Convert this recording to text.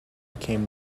became